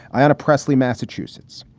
i had a pressly, massachusetts.